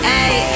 Hey